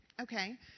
Okay